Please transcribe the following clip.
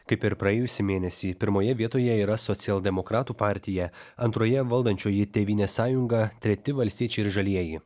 kaip ir praėjusį mėnesį pirmoje vietoje yra socialdemokratų partija antroje valdančioji tėvynės sąjunga treti valstiečiai ir žalieji